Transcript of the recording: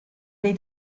dei